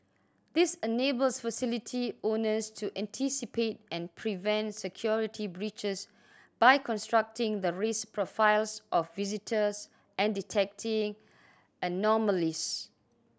this enables facility owners to anticipate and prevent security breaches by constructing the risk profiles of visitors and detecting anomalies